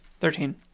Thirteen